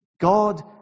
God